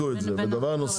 ובין לבין נחזור